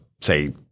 say